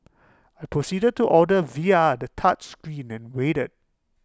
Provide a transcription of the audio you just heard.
I proceeded to order via the touchscreen and waited